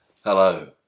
Hello